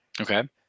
Okay